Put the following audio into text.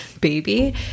baby